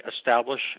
establish